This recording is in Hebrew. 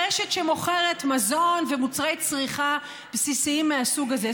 רשת שמוכרת מזון ומוצרי צריכה בסיסיים מהסוג הזה,